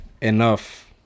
enough